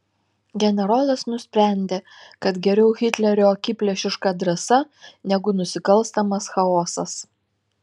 generolas nusprendė kad geriau hitlerio akiplėšiška drąsa negu nusikalstamas chaosas